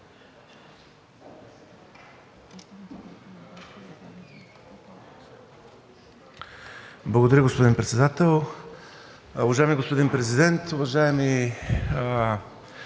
Благодаря, господин Председател. Уважаеми господин Президент, уважаеми